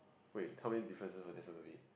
wait tell me differences for this one only